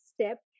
step